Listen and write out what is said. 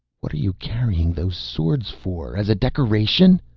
what are you carrying those swords for? as a decoration?